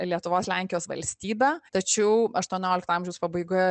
lietuvos lenkijos valstybę tačiau aštuoniolikto amžiaus pabaigoje